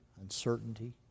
uncertainty